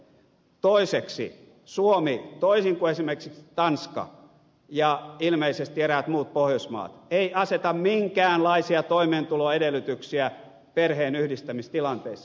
toiseksi suomi toisin kuin esimerkiksi tanska ja ilmeisesti eräät muut pohjoismaat ei aseta minkäänlaisia toimeentuloedellytyksiä perheenyhdistämistilanteissa